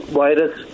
virus